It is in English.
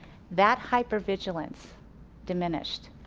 that hyper vigilance diminished.